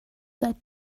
said